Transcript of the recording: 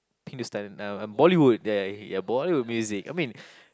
Hindustan uh Bollywood ya ya Bollywood music I mean